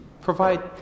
provide